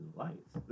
lights